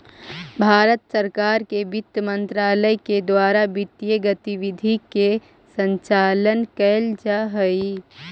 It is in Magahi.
भारत सरकार के वित्त मंत्रालय के द्वारा वित्तीय गतिविधि के संचालन कैल जा हइ